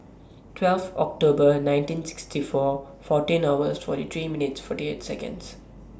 twelve October nineteen sixty four fourteen hours forty three minutes forty eight Seconds